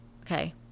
okay